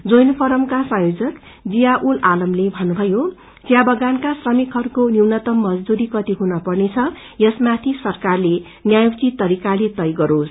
joint फोरमका संयोजक जिया उल आलमले भन्नुभयो चिया बगान श्रमिकहरूके न्यूनतम मजदुरी कति हुनपर्ने यसमाथि सरकारले न्यायोधित तरिकाले तय गरोस